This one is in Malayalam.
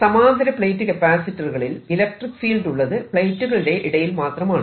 സമാന്തര പ്ലേറ്റ് കപ്പാസിറ്ററുകളിൽ ഇലക്ട്രിക്ക് ഫീൽഡ് ഉള്ളത് പ്ലേറ്റുകളുടെ ഇടയിൽ മാത്രമാണ്